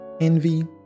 envy